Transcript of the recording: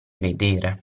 vedere